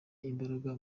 imbaraga